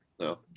No